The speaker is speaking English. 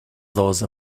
those